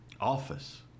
Office